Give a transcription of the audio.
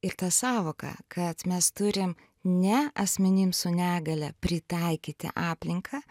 ir tą sąvoką kad mes turim ne asmenim su negalia pritaikyti aplinką